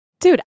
Dude